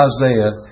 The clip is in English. Isaiah